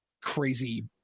crazy